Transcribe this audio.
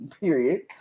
period